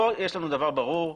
פה יש לנו דבר ברור,